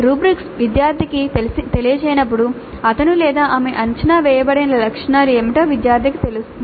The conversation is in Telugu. రుబ్రిక్స్ విద్యార్థికి తెలియజేసినప్పుడు అతను లేదా ఆమె అంచనా వేయబడిన లక్షణాలు ఏమిటో విద్యార్థికి తెలుసు